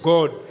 God